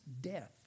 death